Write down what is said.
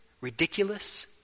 ridiculous